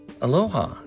Aloha